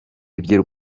ibyo